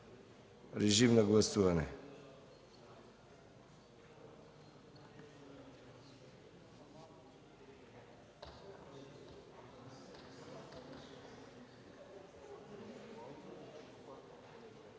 режим на гласуване